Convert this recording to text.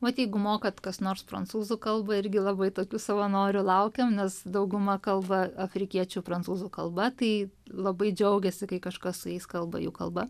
vat jeigu mokat kas nors prancūzų kalbą irgi labai tokių savanorių laukiam nes dauguma kalba afrikiečių prancūzų kalba tai labai džiaugiasi kai kažkas su jais kalba jų kalba